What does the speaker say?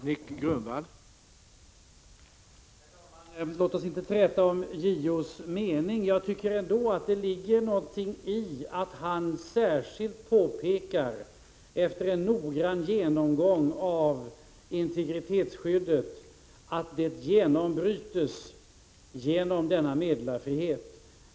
Herr talman! Låt oss inte träta om vad som är JO:s mening. Jag vill dock säga att jag tycker att det ligger någonting i det faktum att han, efter en noggrann genomgång av integritetsskyddet, särskilt påpekar att detta genombryts i och med meddelarfriheten.